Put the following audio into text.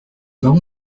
baron